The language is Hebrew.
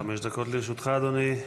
עד חמש דקות לרשותך, אדוני.